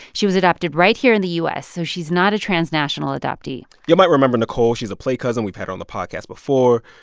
she was adopted right here in the u s, so she's not a transnational transnational adoptee you might remember nicole. she's a play cousin. we've had her on the podcast before.